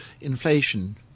inflation